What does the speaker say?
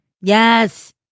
Yes